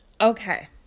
okay